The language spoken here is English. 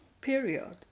period